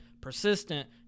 persistent